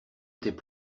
étaient